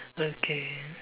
okay